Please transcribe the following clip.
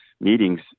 meetings